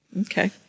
okay